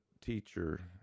teacher